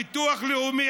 הביטוח הלאומי,